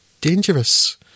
Dangerous